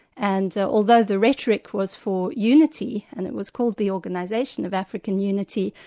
and although the rhetoric was for unity, and it was called the organisation of african unity,